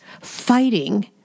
fighting